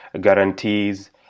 guarantees